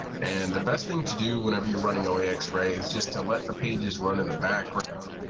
and the best thing to do whenever you're running oaxray is just to let the pages run in the background,